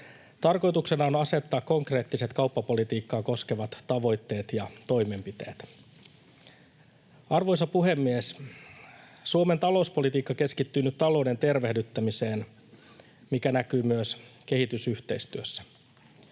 Tarkoituksena on asettaa konkreettiset kauppapolitiikkaa koskevat tavoitteet ja toimenpiteet. Arvoisa puhemies! Suomen talouspolitiikka keskittyy nyt talouden tervehdyttämiseen, mikä näkyy myös kehitysyhteistyössä.